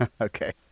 Okay